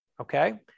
okay